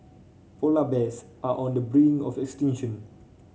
polar bears are on the brink of extinction